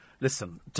listen